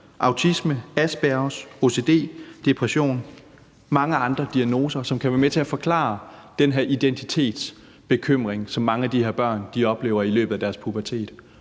autisme, aspergers, ocd, depression og mange andre diagnoser, som kan være med til at forklare den her identitetsbekymring, som mange af de her børn oplever i løbet af deres pubertet.